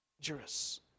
dangerous